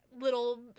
little